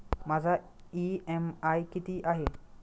माझा इ.एम.आय किती आहे?